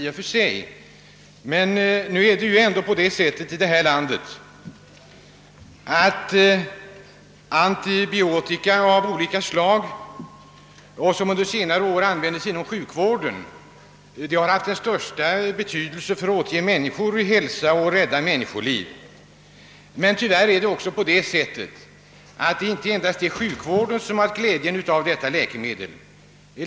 Rådande förhållande talar dock ett annat språk. Nu är det ju ändå på det sättet här i landet, att antibiotika av olika slag, som under senare år har använts i stor utsträckning inom sjukvården, varit av största betydelse för att återge människor hälsa och rädda människoliv. Men tyvärr är det också på det sättet att det inte endast är sjukvården som har glädje av dessa läkemedel.